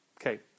Okay